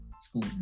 school